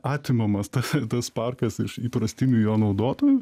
atimamas tas tas parkas iš įprastinių jo naudotojų